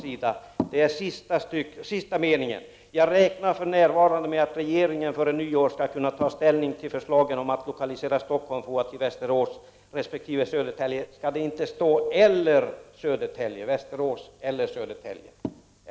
I sista meningen säger han: ”Jag räknar för närvarande med att regeringen före nyår skall kunna ta ställning till förslagen om att lokalisera Stockholms FOA till Västerås resp. Södertälje.” Borde han inte ha sagt Västerås eller Södertälje?